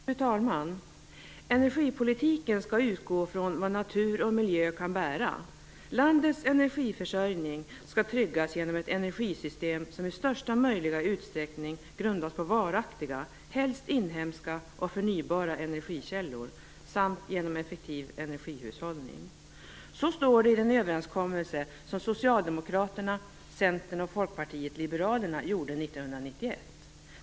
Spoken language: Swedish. Fru talman! Energipolitiken skall utgå från vad natur och miljö kan bära. Landets energiförsörjning skall tryggas genom ett energisystem som i största möjliga utsträckning grundas på varaktiga, helst inhemska och förnybara, energikällor samt genom effektiv energihushållning. Så står det i den överenskommelse som Socialdemokraterna, Centern och Folkpartiet liberalerna gjorde 1991.